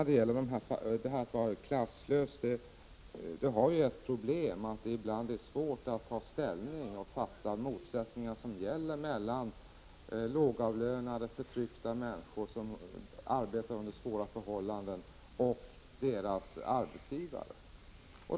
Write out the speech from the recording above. Detta att vara klasslös innebär ett problem, nämligen att det ibland är svårt att ta ställning till och förstå motsättningar mellan lågavlönade, förtryckta människor som arbetar under svåra förhållanden, och deras arbetsgivare.